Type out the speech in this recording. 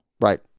right